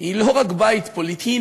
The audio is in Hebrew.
היא לא רק בית פוליטי,